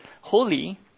holy